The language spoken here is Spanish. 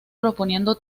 proponiendo